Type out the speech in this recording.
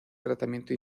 tratamiento